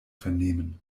vernehmen